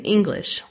English –